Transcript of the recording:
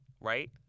right